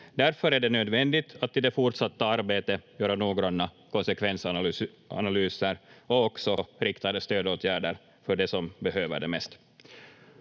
Därför är det nödvändigt att i det fortsatta arbetet göra noggranna konsekvensanalyser och också riktade stödåtgärder för de som behöver det mest.